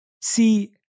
See